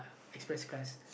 express class